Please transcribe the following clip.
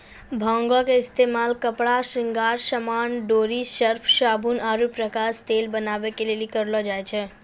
भांगो के इस्तेमाल कपड़ा, श्रृंगार समान, डोरी, सर्फ, साबुन आरु प्रकाश तेल बनाबै के लेली करलो जाय छै